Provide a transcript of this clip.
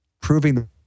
proving